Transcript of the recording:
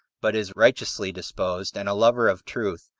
but is righteously disposed, and a lover of truth,